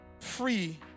free